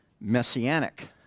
messianic